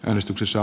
äänestyksessä